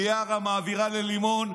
מיארה מעבירה ללימון,